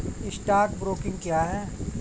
Stock broking क्या है?